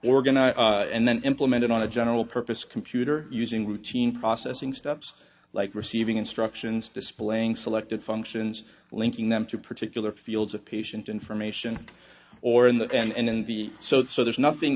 organize and then implement it on a general purpose computer using routine processing steps like receiving instructions displaying selected functions linking them to particular fields of patient information or in the end the so there's nothing